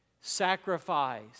Sacrifice